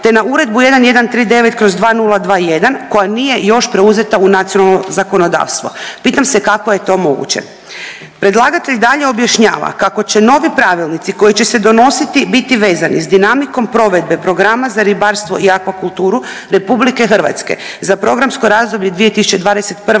te na Uredbu 1139/2021 koja nije još preuzeta u nacionalno zakonodavstvo. Pitam se kako je to moguće. Predlagatelj dalje objašnjava kako će novi pravilnici koji će se donositi biti vezani s dinamikom provedbe Programa za ribarstvo i akvakulturu RH za programsko razdoblje 2021.